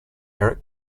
eric